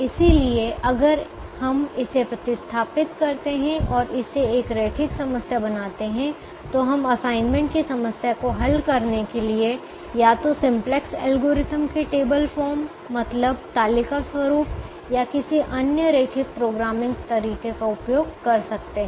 इसलिए अगर हम इसे प्रतिस्थापित करते हैं और इसे एक रैखिक समस्या बनाते हैं तो हम असाइनमेंट की समस्या को हल करने के लिए या तो सिम्पलेक्स एल्गोरिथ्म के टेबल फॉर्म मतलब तालिका स्वरूप या किसी अन्य रैखिक प्रोग्रामिंग तरीके का उपयोग कर सकते हैं